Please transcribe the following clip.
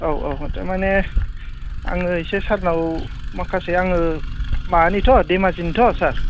औ औ थारमाने आङो इसे सारनाव माखासे आङो माबानिथ' धेमाजिनिथ' सार